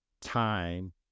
time